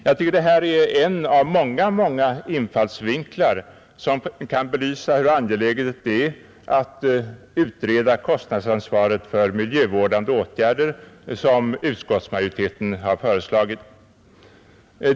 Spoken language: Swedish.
Jag tycker att detta är en av många infallsvinklar som kan belysa hur angeläget det är att utreda kostnadsansvaret för miljövårdande åtgärder, vilket utskottsmajoriteten har föreslagit.